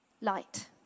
Light